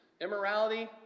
immorality